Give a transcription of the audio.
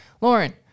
Lauren